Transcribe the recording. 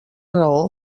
raó